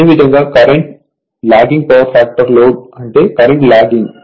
అదే విధంగాకరెంట్ lagging power factor load అంటే కరెంట్ లాగింగ్